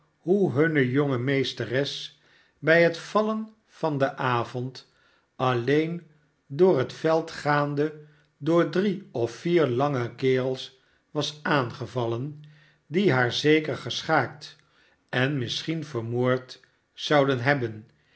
hoe hunne jonge meesteres bij het vallen van den avond alleen door het veld gaande door drie of vier lange kerels was aangevallen die haar zeker geschaakt en misschien vermoord zouden hebben